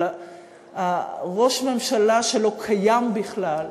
על ראש הממשלה שלא קיים בכלל.